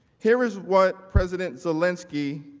here is what president zelensky